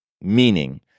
Meaning